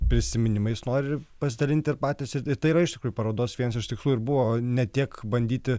prisiminimais nori pasidalinti ir patys ir tai yra iš tikrųjų parodos vienas iš tikslų ir buvo ne tiek bandyti